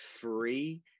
free